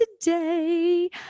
today